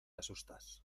asustas